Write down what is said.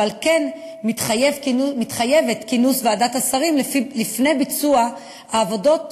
ועל כן מתחייב כינוס ועדת השרים לפני ביצוע העבודות,